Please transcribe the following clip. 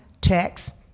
text